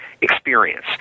experience